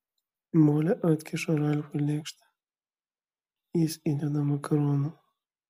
molė atkiša ralfui lėkštę jis įdeda makaronų